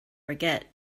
forget